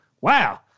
Wow